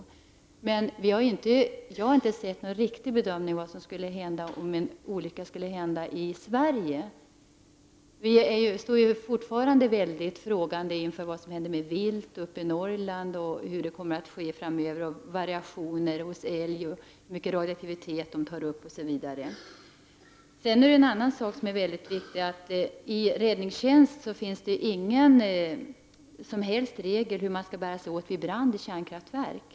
Jag har däremot inte sett en riktig bedömning av vad som skulle hända om en olycka skulle inträffa i Sverige. Vi står fortfarande mycket frågande inför vad som händer med viltet i Norrland, hur det kommer att bli framöver, när det gäller variationer hos älg, hur mycket radioaktivitet den tar upp osv. En annan sak som är mycket viktigt att påpeka är att det i räddningstjänstlagen inte finns någon regel för hur man skall bära sig åt vid brand i ett kärnkraftverk.